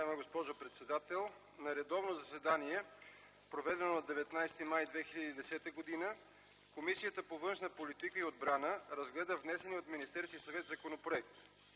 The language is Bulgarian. Уважаема госпожо председател! „На редовно заседание, проведено на 19 май 2010 г., Комисията по външна политика и отбрана разгледа внесения от Министерския съвет законопроект.